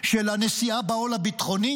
של הנשיאה בעול הביטחוני,